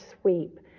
sweep